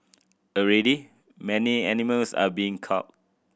already many animals are being culled